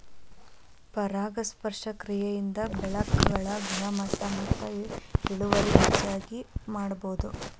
ಪರಾಗಸ್ಪರ್ಶ ಕ್ರಿಯೆಯಿಂದ ಬೆಳೆಗಳ ಗುಣಮಟ್ಟ ಮತ್ತ ಇಳುವರಿ ಹೆಚಗಿ ಮಾಡುದು